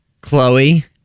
Chloe